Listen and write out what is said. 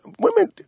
women